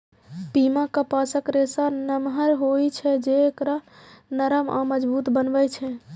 पीमा कपासक रेशा नमहर होइ छै, जे एकरा नरम आ मजबूत बनबै छै